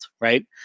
right